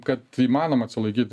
kad įmanoma atsilaikyt